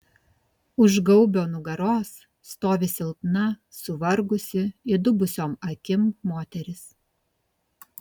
už gaubio nugaros stovi silpna suvargusi įdubusiom akim moteris